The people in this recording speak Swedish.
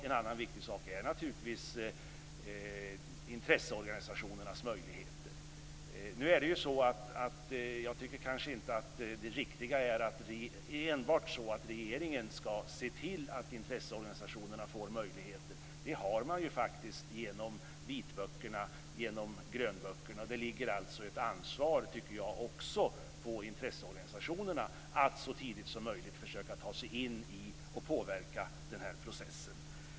En annan viktig sak är naturligtvis intresseorganisationernas möjligheter. Nu tycker jag kanske inte att det riktiga är att det enbart är så att regeringen skall se till att intresseorganisationerna får möjligheter. Det har man ju faktiskt genom vitböckerna, genom grönböckerna. Det ligger alltså ett ansvar, tycker jag, också på intresseorganisationerna att så tidigt som möjligt försöka ta sig in i och påverka processen.